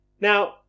Now